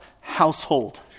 household